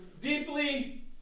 deeply